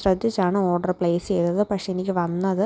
ശ്രദ്ധിച്ചാണ് order place ചെയ്തത് പക്ഷേ എനിക്ക് വന്നത്